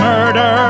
Murder